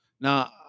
Now